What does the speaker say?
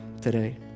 today